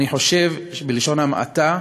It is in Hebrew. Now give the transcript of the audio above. אני חושב, בלשון המעטה,